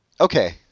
Okay